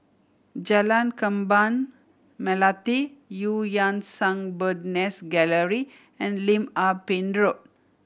Jalan Kembang Melati Eu Yan Sang Bird Nest Gallery and Lim Ah Pin Road